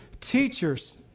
teachers